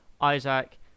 Isaac